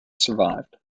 survived